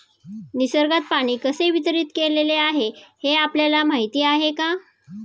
निसर्गात पाणी कसे वितरीत केलेले आहे हे आपल्याला माहिती आहे का?